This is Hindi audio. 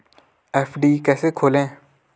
एफ.डी कैसे खोलें?